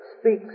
speaks